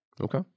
okay